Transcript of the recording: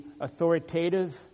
authoritative